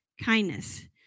kindness